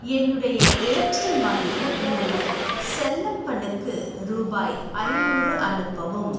என்னுடைய Airtel money மூலம் செல்லப்பனுக்கு ரூபாய் ஐநூறு அனுப்பவும்